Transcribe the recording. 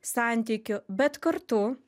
santykių bet kartu